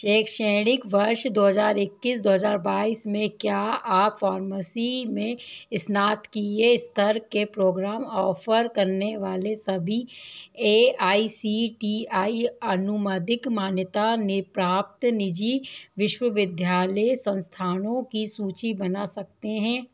शैक्षणिक वर्ष दो हज़ार इक्कीस दो हजार बाइस में क्या आप फॉर्मसी में स्नातकीय स्तर के प्रोग्राम ऑफ़र करने वाले सभी A I C T E अनुमादिक मान्यता ने प्राप्त निजी विश्वविद्यालय संस्थानों की सूची बना सकते हैं